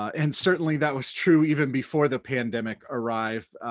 and certainly, that was true even before the pandemic arrived.